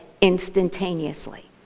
instantaneously